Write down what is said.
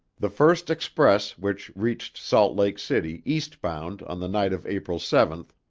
the first express which reached salt lake city eastbound on the night of april seven,